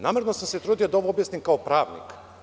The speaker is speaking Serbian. Namerno sam se trudio da ovo objasnim kao pravnik.